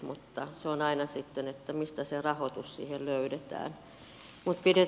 mutta se on aina sitten mistä se rahoitus siihen löydetään